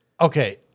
Okay